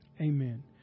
Amen